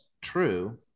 true